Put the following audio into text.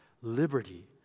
liberty